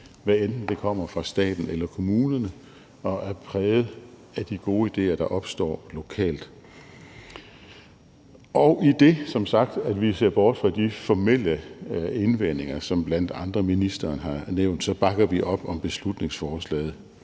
hvad enten det kommer fra staten eller kommunerne, og er præget af de gode idéer, der opstår lokalt. Idet, som sagt, vi ser bort fra de formelle indvendinger, som bl.a. ministeren har nævnt, bakker vi op om beslutningsforslaget.